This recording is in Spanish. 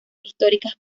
históricas